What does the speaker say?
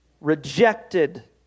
rejected